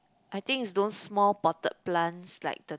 I think is those small potted plants like the